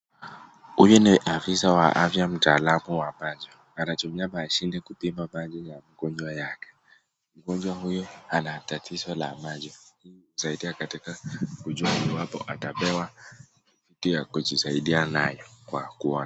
Huyu ni afisa wa afya mtaalamu wa wa macho .Anatumia mashine kupima macho ya mgojwa yake , mgojwa huyo anatatizo la macho kusaidia katika iwapo atapewa kitu ya kujisaidia nayoo kwa kuona.